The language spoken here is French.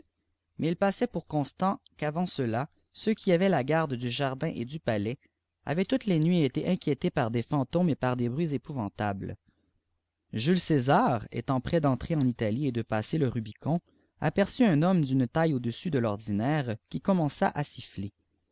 mais il pàit pour constant qu'avant cela ceux qui avitîent ht rdiè du jardin et du palais avaient toutes les nuits été inquiétés par des fantômei et par des bruits épouvantables mecégar étant prêt d'entrer en italie et de passer le rubicor iqvqut éft tfoittdlïé dtihe taille au dessus de lordinaire qui cotilbbiença à sifllef